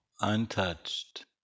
untouched